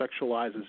sexualizes